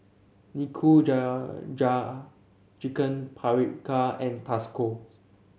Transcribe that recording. Nikujaga Chicken Paprika and Tasco